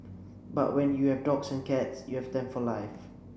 but when you have dogs and cats you have them for life